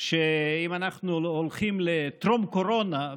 שאם אנחנו הולכים לטרום-קורונה,